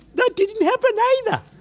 that didn't happen either.